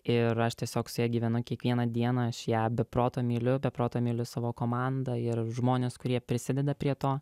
ir aš tiesiog su ja gyvenu kiekvieną dieną aš ją be proto myliu be proto myliu savo komandą ir žmones kurie prisideda prie to